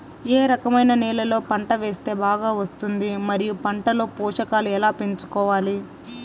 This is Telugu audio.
ఏ రకమైన నేలలో పంట వేస్తే బాగా వస్తుంది? మరియు పంట లో పోషకాలు ఎలా పెంచుకోవాలి?